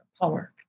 power